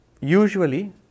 usually